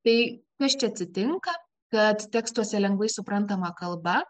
tai kas čia atsitinka kad tekstuose lengvai suprantama kalba